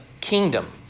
kingdom